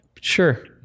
Sure